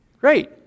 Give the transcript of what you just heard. Great